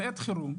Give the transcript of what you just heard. בעת חירום.